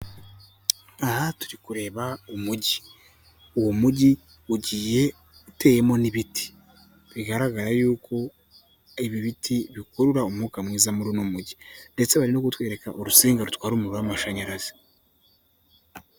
Aha turi kureba umujyi, uwo mujyi ugiye uteyemo n'ibiti, bigaragara yuko ibi biti bikurura umwuka mwiza muri uno mujyi ndetse bari no kutwereka urutsinga rutwara umuriro w'amashanyarazi.